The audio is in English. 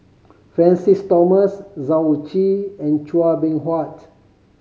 Francis Thomas Yao Zi and Chua Beng Huat